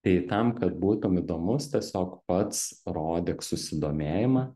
tai tam kad būtum įdomus tiesiog pats rodyk susidomėjimą